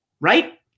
Right